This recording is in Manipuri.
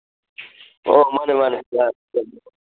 ꯑꯣ ꯃꯥꯅꯦ ꯃꯥꯅꯦ